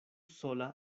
sola